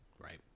Right